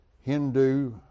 Hindu